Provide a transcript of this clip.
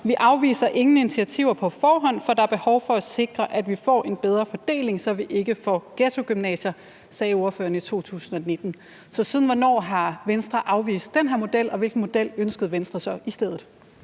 Vi afviser ingen initiativer på forhånd, for der er behov for at sikre, at vi får en bedre fordeling, så vi ikke får ghettogymnasier. Det sagde ordføreren i 2019. Så siden hvornår har Venstre afvist den her model, og hvilken model ønsker Venstre så i stedet